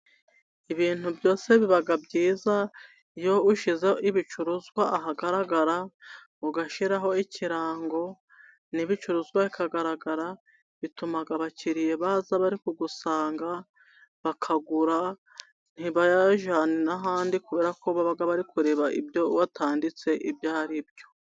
Ibintu byose biba byiza, iyo ushyize ibicuruzwa ahagaragara, ugashyiraho ikirango, n’ibicuruzwa bikagaragara, bituma abakiriya baza bari kugusanga, bakagura, ntibajyane n’ahandi, kubera ko baba bari kureba ibyo watanditse ibyo ari byo.